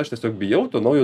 aš tiesiog bijau to naujo